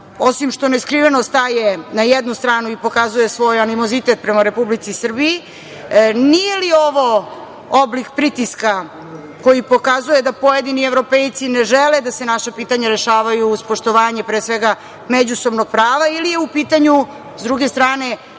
osim što neskriveno staje na jednu stranu i pokazuje svoj animozitet prema Republici Srbiji? Nije li ovo oblik pritiska koji pokazuje da pojedini evropejci ne žele da se naša pitanja rešavaju uz poštovanje međusobnog prava ili je u pitanju, s druge strane,